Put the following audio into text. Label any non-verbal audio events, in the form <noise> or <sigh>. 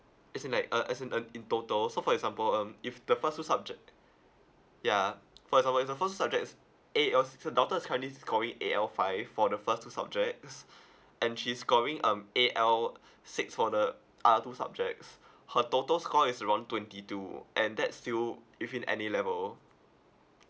as in like uh as in uh in total so for example um if the first two subject ya for example if the first two subjects A_L since your daughter's currently scoring A_L five for the first two subjects <breath> and she's scoring um A_L <breath> six for the other two subjects her total score is around twenty two and that's still if in any level